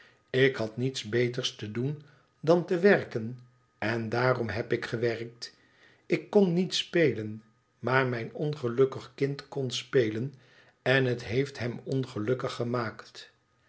ilk had niets beters te doen dan te werken en daarom heb ik gewerkt ik kon niet spelen maat mijn ongelukkig kind kon spelen en het heeft hem ongelukkig gemaakt